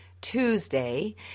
Tuesday